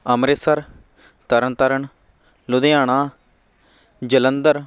Amritsar Tarn Taran Ludhiana Jalandhar